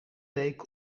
week